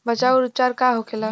बचाव व उपचार का होखेला?